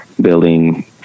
Building